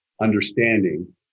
understanding